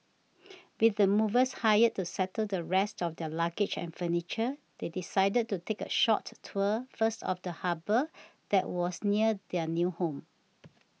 with the movers hired to settle the rest of their luggage and furniture they decided to take a short tour first of the harbour that was near their new home